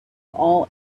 all